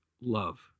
love